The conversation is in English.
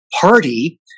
party